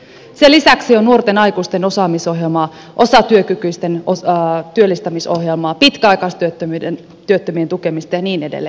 sen lisäksi on nuorten aikuisten osaamisohjelmaa osatyökykyisten työllistämisohjelmaa pitkäaikaistyöttömien tukemista ja niin edelleen